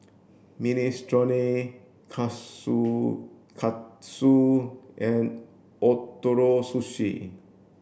Minestrone Kushikatsu and Ootoro Sushi